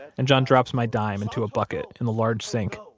and john drops my dime into a bucket in the large sink,